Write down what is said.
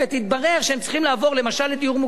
התברר שהם צריכים לעבור למשל לדיור מוגן,